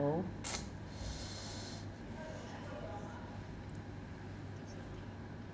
know